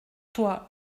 toi